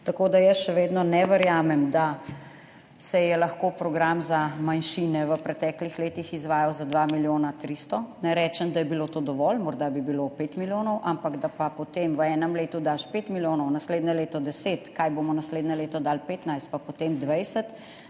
Tako da jaz še vedno ne verjamem, da se je lahko program za manjšine v preteklih letih izvajal za 2 milijona 300. Ne rečem, da je bilo to dovolj, morda bi bilo dovolj 5 milijonov, ampak da pa potem v enem letu daš 5 milijonov, naslednje leto 10, kaj bomo naslednje leto dali 15, pa potem 20,